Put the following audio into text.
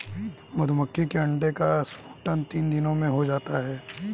मधुमक्खी के अंडे का स्फुटन तीन दिनों में हो जाता है